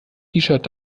shirt